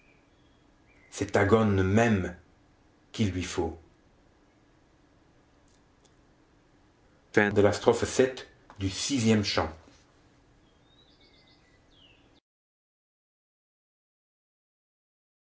c'est aghone même qu'il lui faut